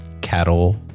cattle